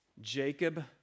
Jacob